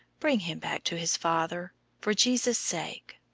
bring him back to his father for jesus' sake.